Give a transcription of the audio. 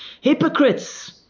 hypocrites